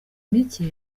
mike